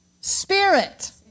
spirit